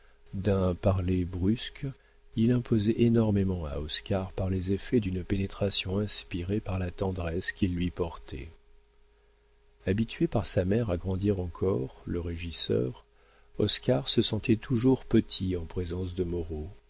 d'un parler brusque il imposait énormément à oscar par les effets d'une pénétration inspirée par la tendresse qu'il lui portait habitué par sa mère à grandir encore le régisseur oscar se sentait toujours petit en présence de moreau